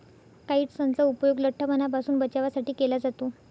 काइट्सनचा उपयोग लठ्ठपणापासून बचावासाठी केला जातो